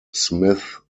smith